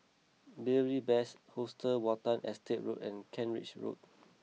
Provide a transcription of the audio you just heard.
Beary Best Hostel Watten Estate Road and Kent Ridge Road